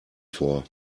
vor